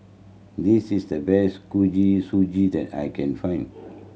this is the best Suji that I can find